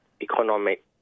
economic